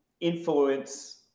influence